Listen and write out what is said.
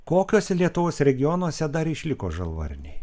kokiuose lietuvos regionuose dar išliko žalvarniai